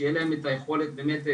שיהיה להם את היכולת באמת,